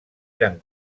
eren